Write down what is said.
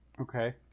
okay